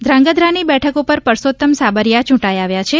ધ્રાંગધ્રાની બેઠક પર પરસોત્તમ સાબરીયા ચૂંટાઇ આવ્યા છે